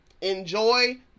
Enjoy